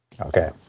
Okay